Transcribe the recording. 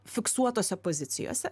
fiksuotose pozicijose